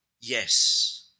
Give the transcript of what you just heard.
yes